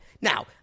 Now